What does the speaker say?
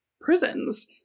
prisons